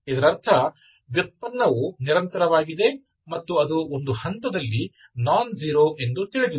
ಇದರರ್ಥ ವ್ಯುತ್ಪನ್ನವು ನಿರಂತರವಾಗಿದೆ ಮತ್ತು ಅದು ಒಂದು ಹಂತದಲ್ಲಿ ನಾನ್ ಜೀರೋ ಎಂದು ತಿಳಿದಿದೆ